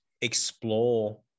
explore